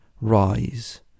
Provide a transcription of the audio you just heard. rise